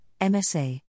MSA